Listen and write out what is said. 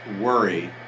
worry